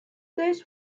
this